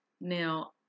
Now